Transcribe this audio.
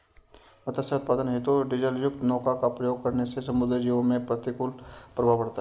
मत्स्य उत्पादन हेतु डीजलयुक्त नौका का प्रयोग होने से समुद्री जीवों पर प्रतिकूल प्रभाव पड़ता है